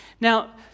Now